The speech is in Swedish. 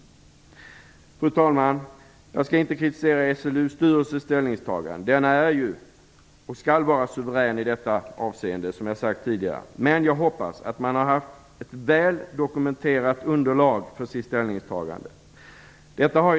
Fru talman! Jag skall inte kritisera SLU:s styrelses ställningstagande. Den är och skall vara suverän i detta avseende. Men jag hoppas att man har haft ett väl dokumenterat underlag för sitt ställningstagande.